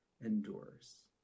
endures